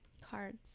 Cards